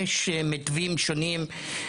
יש מתווים שונים,